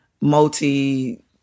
multi-